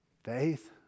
Faith